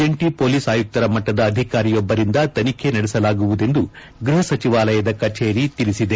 ಜಂಟಿ ಪೊಲೀಸ್ ಆಯುಕ್ತರ ಮಟ್ಲದ ಅಧಿಕಾರಿಯೊಬ್ಲರಿಂದ ತನಿಖೆ ನಡೆಸಲಾಗುವುದೆಂದು ಗೃಹ ಸಚಿವಾಲಯದ ಕಚೇರಿ ತಿಳಿಬದೆ